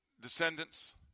descendants